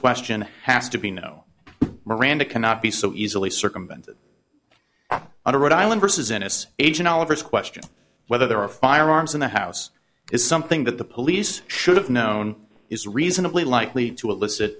question has to be no miranda cannot be so easily circumvented on a rhode island versus in this age and all of us question whether there are firearms in the house is something that the police should have known is reasonably likely to elicit